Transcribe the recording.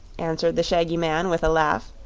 answered the shaggy man, with a laugh.